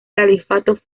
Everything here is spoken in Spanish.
califato